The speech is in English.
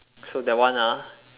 so that one ah